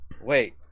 wait